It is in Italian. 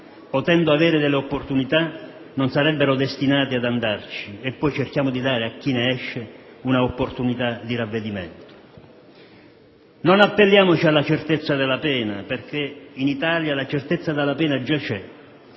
potendo avere delle opportunità, non sarebbe destinato a andarci e poi di dare a chi ne esce una opportunità di ravvedimento. Non appelliamoci alla certezza della pena, perché in Italia la certezza della pena già c'è,